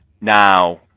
now